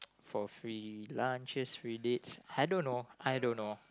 for free lunches free dates I don't know I don't know